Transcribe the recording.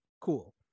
cool